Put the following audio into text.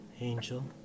Angel